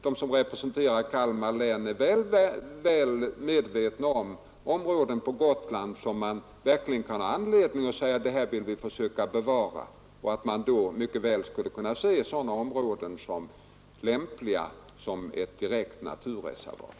De som representerar Kalmar län är väl medvetna om att det på Öland finns områden beträffande vilka man verkligen kan ha anledning att säga, att dessa vill vi försöka bevara. Man skulle då mycket väl kunna se sådana områden såsom lämpliga för ett naturreservat.